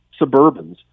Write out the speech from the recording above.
Suburbans